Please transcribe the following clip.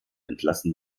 entlassen